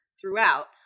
throughout